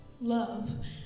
love